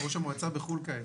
ראש המועצה בחו"ל כעת,